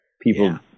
People